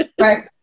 right